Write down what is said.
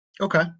Okay